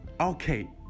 Okay